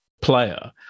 player